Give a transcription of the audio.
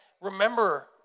remember